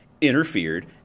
interfered